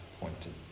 pointed